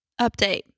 update